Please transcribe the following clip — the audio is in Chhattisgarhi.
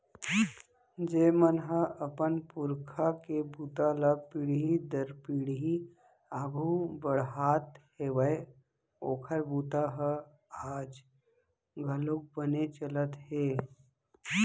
जेन मन ह अपन पूरखा के बूता ल पीढ़ी दर पीढ़ी आघू बड़हात हेवय ओखर बूता ह आज घलोक बने चलत हे